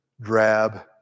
drab